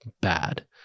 bad